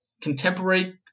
contemporary